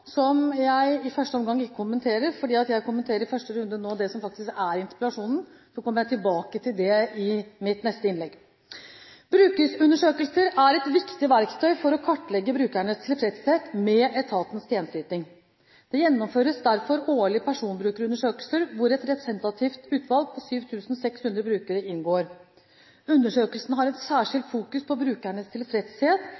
som jeg i første omgang ikke kommenterer. Jeg kommenterer nå i første runde det som faktisk er i interpellasjonen, og så kommer jeg tilbake til det i mitt neste innlegg. Brukerundersøkelser er et viktig verktøy for å kartlegge brukernes tilfredshet med etatens tjenesteyting. Det gjennomføres derfor årlige personbrukerundersøkelser, hvor et representativt utvalg på 7 600 brukere inngår. Undersøkelsen har et